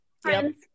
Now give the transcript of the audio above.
Friends